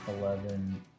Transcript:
eleven